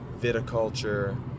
Viticulture